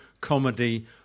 comedy